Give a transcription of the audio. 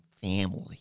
family